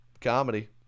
comedy